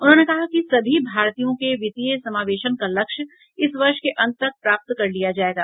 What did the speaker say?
उन्होंने कहा कि सभी भारतीयों के वित्तीय समावेशन का लक्ष्य इस वर्ष के अंत तक प्राप्त कर लिया जाएगा